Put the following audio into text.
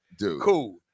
Cool